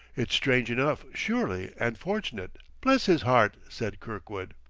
it's strange enough, surely and fortunate. bless his heart! said kirkwood.